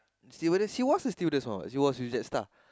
she was a she was a stewardess she was with JetStar